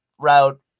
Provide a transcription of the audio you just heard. route